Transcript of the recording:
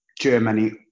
germany